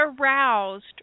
aroused